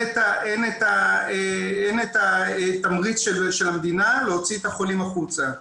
את התמריץ של המדינה להוציא את החולים החוצה.